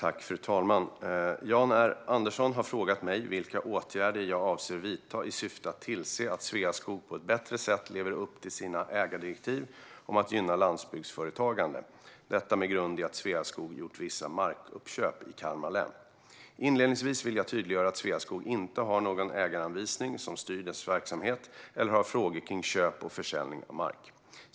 Fru talman! Jan R Andersson har frågat mig vilka åtgärder jag avser att vidta i syfte att tillse att Sveaskog på ett bättre sätt lever upp till sina ägardirektiv om att gynna landsbygdsföretagande - detta med grund i att Sveaskog har gjort vissa markuppköp i Kalmar län. Inledningsvis vill jag tydliggöra att Sveaskog inte har någon ägaranvisning som styr dess verksamhet eller frågor kring köp och försäljning av mark.